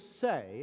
say